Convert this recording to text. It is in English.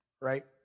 right